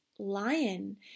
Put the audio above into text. Lion